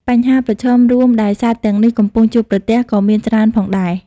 បញ្ហាប្រឈមរួមដែលសត្វទាំងនេះកំពុងជួបប្រទះ ក៏មានច្រើនផងដែរ។